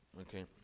okay